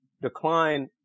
decline